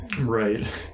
Right